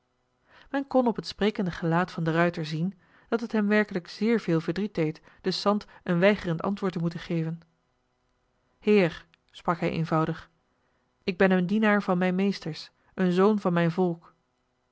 men kon op het sprekende gelaat van de ruijter zien dat het hem werkelijk zeer veel verdriet deed den sant een weigerend antwoord te moeten geven heer sprak hij eenvoudig ik ben een dienaar van mijn meesters een zoon van mijn volk